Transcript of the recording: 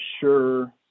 sure